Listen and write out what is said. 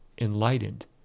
enlightened